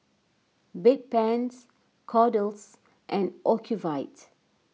Bedpans Kordel's and Ocuvite